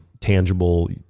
tangible